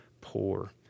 poor